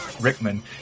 Rickman